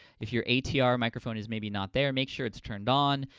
if your atr microphone is maybe not there, make sure it's turned on,